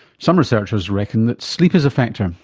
some researchers reckon that sleep is a factor,